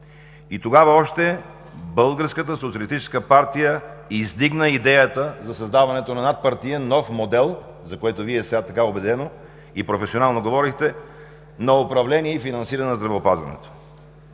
И тогава още Българската социалистическа партия издигна идеята за създаването на надпартиен, нов модел, за което Вие сега така убедено и професионално говорихте, на управление и финансиране на здравеопазването.